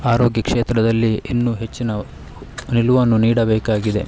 ಆರೋಗ್ಯ ಕ್ಷೇತ್ರದಲ್ಲಿ ಇನ್ನೂ ಹೆಚ್ಚಿನ ನಿಲುವನ್ನು ನೀಡಬೇಕಾಗಿದೆ